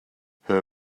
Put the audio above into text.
her